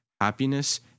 Happiness